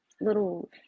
little